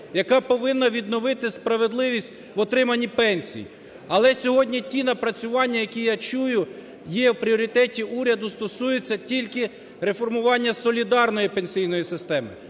яка повинна відновити справедливість в отриманні пенсій. Але сьогодні ті напрацювання, які я чую, є в пріоритеті уряду, стосуються тільки реформування солідарної пенсійної системи.